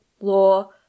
law